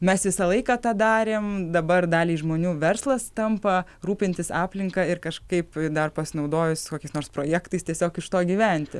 mes visą laiką tą darėm dabar daliai žmonių verslas tampa rūpintis aplinka ir kažkaip dar pasinaudojus kokiais nors projektais tiesiog iš to gyventi